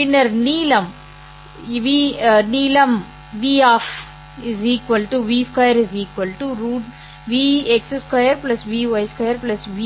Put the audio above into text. பின்னர் நீளம் v 2 Vx2 Vy2 Vz2